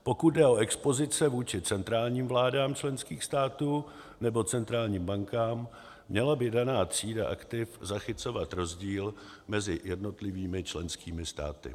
Pokud jde o expozice vůči centrálním vládám členských států nebo centrálním bankám, měla by daná třída aktiv zachycovat rozdíl mezi jednotlivými členskými státy.